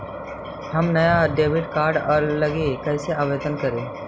हम नया debit card लागी कईसे आवेदन करी?